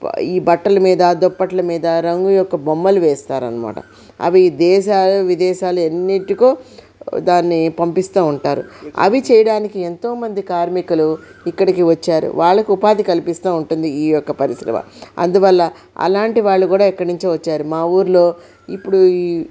ఈ బట్టల మీద దుప్పట్ల మీద రంగు యొక్క బొమ్మలు వేస్తారు అనమాట అవి దేశాలు విదేశాలు ఎన్నింటికో దాన్ని పంపిస్తా ఉంటారు అవి చేయడానికి ఎంతోమంది కార్మికులు ఇక్కడికి వచ్చారు వాళ్లకు ఉపాధి కల్పిస్తూ ఉంటుంది ఈ యొక్క పరిశ్రమ అందువల్ల అలాంటి వాళ్ళు కూడా ఎక్కడి నుంచో వచ్చారు మా ఊరిలో ఇప్పుడు ఈ